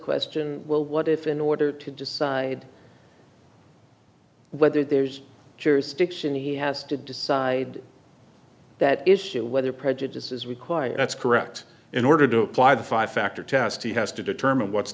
question well what if in order to decide whether there's jurisdiction he has to decide that issue whether prejudice is required that's correct in order to apply the five factor test he has to determine what's